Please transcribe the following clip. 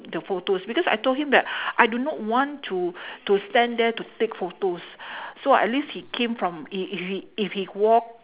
the photos because I told him that I do not want to to stand there to take photos so at least he came from he if he if he walked